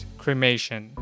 cremation